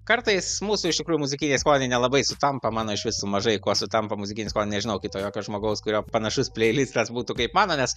kartais mūsų iš tikrųjų muzikiniai skoniai nelabai sutampa mano išvis su mažai kuo sutampa muzikinis sko nežinau kito jokio žmogaus kurio panašus pleilistas būtų kaip mano nes